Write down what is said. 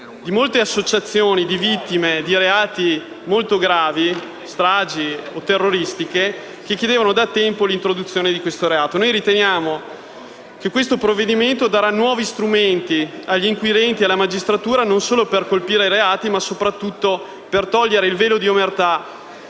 di molte associazioni di vittime di reati molto gravi, come le stragi terroristiche, che chiedevano da tempo l'introduzione di questo reato. Noi riteniamo che questo provvedimento darà nuovi strumenti agli inquirenti e alla magistratura non solo per colpire i reati, ma soprattutto per togliere il velo di omertà